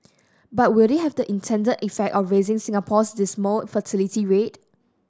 but will they have the intended effect of raising Singapore's dismal fertility rate